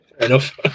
enough